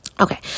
Okay